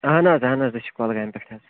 اہن حظ اہن حظ أسۍ چھِ کۄلگامہِ پٮ۪ٹھ حظ